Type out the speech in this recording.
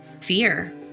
fear